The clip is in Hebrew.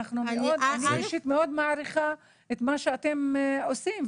אני אישית מאוד מעריכה את מה שאתם עושים,